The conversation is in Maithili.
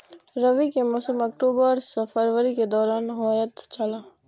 रबी के मौसम अक्टूबर से फरवरी के दौरान होतय छला